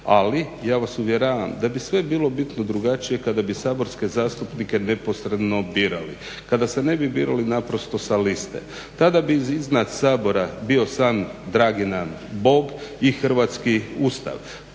Ali ja vas uvjeravam da bi sve bilo bitno drugačije kada bi saborske zastupnike neposredno birali, kada se ne bi birali naprosto sa liste. Tada bi iznad Sabora bio sam dragi nam Bog i hrvatski Ustav.